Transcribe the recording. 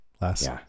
last